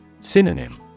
Synonym